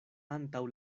antaŭ